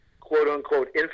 quote-unquote